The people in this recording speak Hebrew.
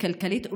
כלכלית,